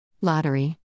Lottery